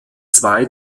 zwei